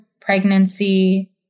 pregnancy